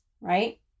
right